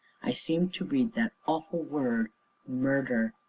i seemed to read that awful word murder.